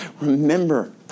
remember